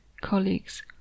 colleagues